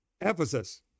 Ephesus